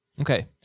Okay